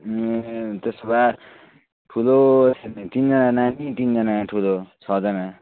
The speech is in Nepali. त्यसो भए ठुलो तिनजना नानी तिनजना ठुलो छजना